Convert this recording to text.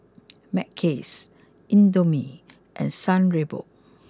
Mackays Indomie and San Remo